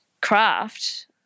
craft